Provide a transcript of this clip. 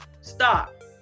stop